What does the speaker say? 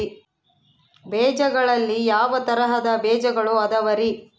ಬೇಜಗಳಲ್ಲಿ ಯಾವ ತರಹದ ಬೇಜಗಳು ಅದವರಿ?